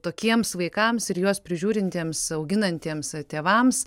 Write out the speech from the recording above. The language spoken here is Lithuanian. tokiems vaikams ir juos prižiūrintiems auginantiems tėvams